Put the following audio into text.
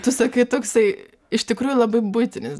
tu sakai toksai iš tikrųjų labai buitinis